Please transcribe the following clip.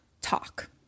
talk